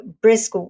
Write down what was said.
brisk